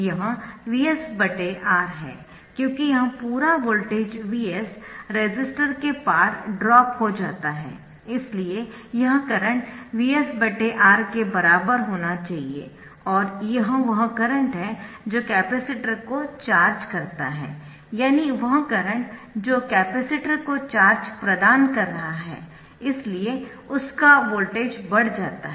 यह Vs R है क्योंकि यह पूरा वोल्टेज Vs रेसिस्टर के पार ड्राप हो जाता है इसलिए यह करंट Vs R के बराबर होना चाहिए और यह वह करंट है जो कैपेसिटर को चार्ज करता है यानी वह करंट जो कैपेसिटर को चार्ज प्रदान कर रहा है इसलिए उसका वोल्टेज बढ़ जाता है